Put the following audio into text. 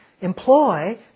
employ